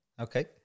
Okay